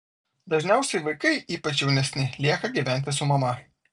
dažniausiai vaikai ypač jaunesni lieka gyventi su mama